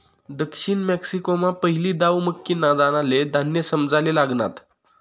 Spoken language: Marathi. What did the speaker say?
दक्षिण मेक्सिकोमा पहिली दाव मक्कीना दानाले धान्य समजाले लागनात